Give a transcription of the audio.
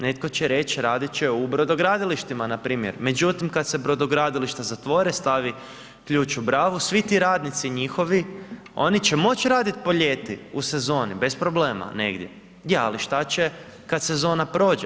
Netko će reć radit će u brodogradilištima npr. Međutim, kad se brodogradilišta zatvore, stavi ključ u bravu, svi ti radnici njihovi, oni će moć radit po ljeti u sezoni bez problema negdje, je al šta će kad sezona prođe?